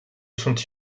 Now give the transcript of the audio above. sont